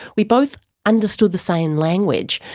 we both understood the same language,